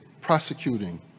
prosecuting